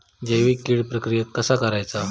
जैविक कीड प्रक्रियेक कसा करायचा?